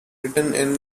written